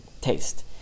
taste